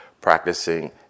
practicing